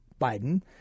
Biden